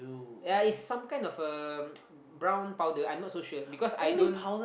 ya is some kind of a brown powder I'm not so sure because I don't